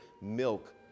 milk